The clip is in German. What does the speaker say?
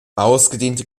ausgedehnte